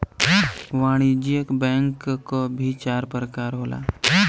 वाणिज्यिक बैंक क भी चार परकार होला